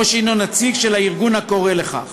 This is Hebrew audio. או שהנו נציג של הארגון הקורא לכך.